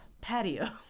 patio